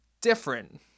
different